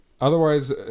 Otherwise